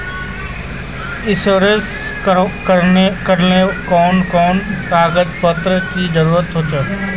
Insurance करावेल कोन कोन कागज पत्र की जरूरत होते?